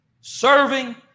serving